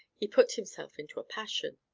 he put himself into a passion.